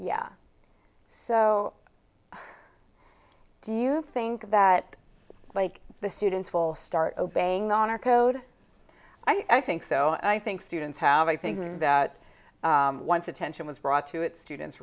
yeah so do you think that like the students will start obeying the honor code i think so i think students have i think that once attention was brought to it students